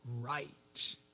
right